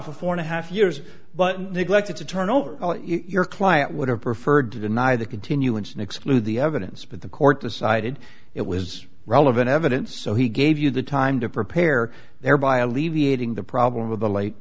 for four and a half years but neglected to turn over your client would have preferred to deny the continuance and exclude the evidence but the court decided it was relevant evidence so he gave you the time to prepare thereby alleviating the problem of the late